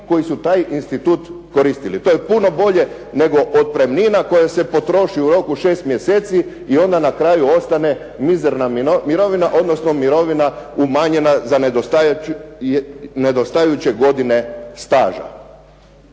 koji su taj institut koristili. To je puno bolje nego otpremnina koja se potroši u 6 mjeseci i onda na kraju ostane mizerna mirovina, odnosno mirovina umanjena za nedostajuće godine staža.